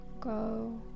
go